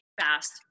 fast